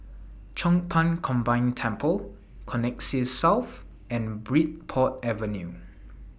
Chong Pang Combined Temple Connexis South and Bridport Avenue